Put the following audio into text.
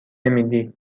امیلی